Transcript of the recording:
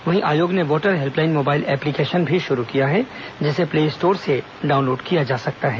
वहीं आयोग ने वोटर हेल्पलाइन मोबाइल एप्लीकेशन भी लांच किया है जिसे प्ले स्टोर से डाउनलोड किया जा सकता है